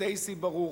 סטייסי ברוך,